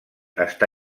està